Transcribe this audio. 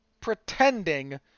pretending